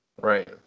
right